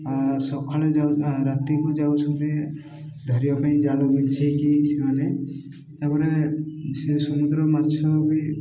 ଆ ସଖାଳେ ଯାଉ ରାତିକୁ ଯାଉଛନ୍ତି ଧରିବା ପାଇଁ ଜାଲ ବିଞ୍ଛାଇକି ସେମାନେ ତା'ପରେ ସେ ସମୁଦ୍ର ମାଛ ବି